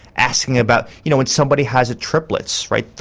asking about you know when somebody has triplets right,